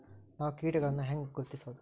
ನಾವ್ ಕೇಟಗೊಳ್ನ ಹ್ಯಾಂಗ್ ಗುರುತಿಸೋದು?